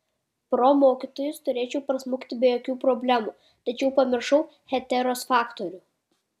pro mokytojus turėčiau prasmukti be jokių problemų tačiau pamiršau heteros faktorių